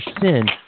sin